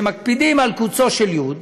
שמקפידים על קוצו של יו"ד.